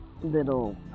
little